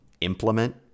implement